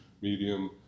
medium